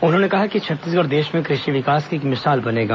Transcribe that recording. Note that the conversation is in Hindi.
उन्होंने कहा कि छत्तीसगढ़ देश में कृषि विकास की एक मिसाल बनेगा